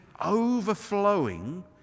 overflowing